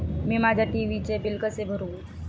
मी माझ्या टी.व्ही चे बिल कसे भरू?